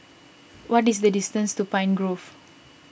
what is the distance to Pine Grove